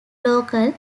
local